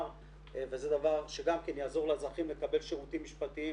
וזה דבר שגם כן יעזור לאזרחים לקבל שירותים משפטיים